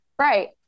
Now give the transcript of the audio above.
right